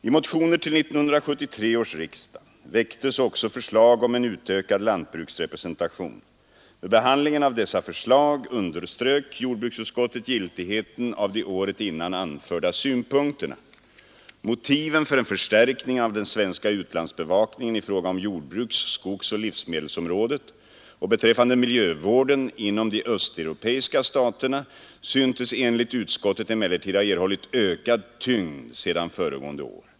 I motioner till 1973 års riksdag väcktes också förslag om en utökad lantbruksrepresentation. Vid behandlingen av dessa förslag underströk jordbruksutskottet giltigheten av de året innan anförda synpunkterna. Motiven för en förstärkning av den svenska utlandsbevakningen i fråga om jordbruks-, skogsoch livsmedelsområdet och beträffande miljövården inom de östeuropeiska staterna syntes enligt utskottet emellertid ha erhållit ökad tyngd sedan föregående år.